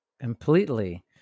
Completely